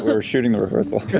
were shooting the rehearsal.